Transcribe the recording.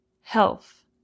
health